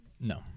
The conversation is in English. No